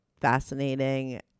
fascinating